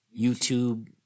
YouTube